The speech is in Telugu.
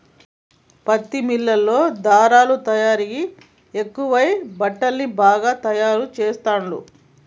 పత్తి మిల్లుల్లో ధారలా తయారీ ఎక్కువై బట్టల్ని బాగా తాయారు చెస్తాండ్లు